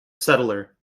settler